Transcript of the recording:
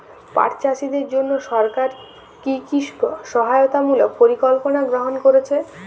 পাট চাষীদের জন্য সরকার কি কি সহায়তামূলক পরিকল্পনা গ্রহণ করেছে?